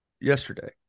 yesterday